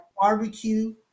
barbecue